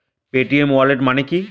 Paytm wallet মানে কি?